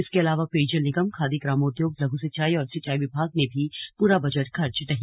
इसके अलावा पेयजल निगम खादी ग्रामोद्योग लघु सिंचाई और सिंचाई विभाग ने भी पूरा बजट खर्च नहीं किया है